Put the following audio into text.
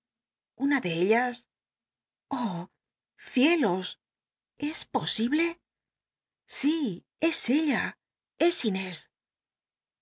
una de ellas i oh ciclos es posible si es ella es inés